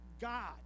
God